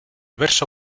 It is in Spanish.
verso